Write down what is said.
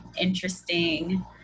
interesting